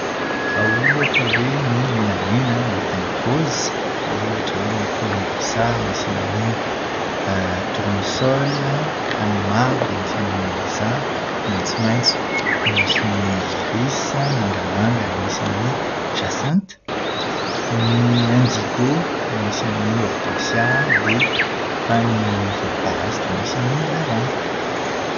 Raha ohatra hoe ny menamena misy an'ny raozy, raha ohatra hoe ny volombasary misy an'ny tournesol, raha ny mavo dia misy an'ny mimoza, maitsomaitso misy ny irisy, mangamanga misy ny jacynthe. Ny indigo misy an'ny ortensia dia ny volomparasy dia misy ny lavandy.